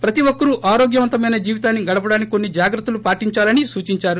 ప్రతి ఒక్కరూ ఆరోగ్యవంతమైన జీవితాన్ని గడపడానికి కొన్ని జాగ్రత్తలు పాటించాలని సూచించారు